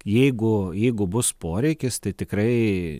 jeigu jeigu bus poreikis tai tikrai